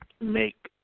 make